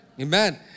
Amen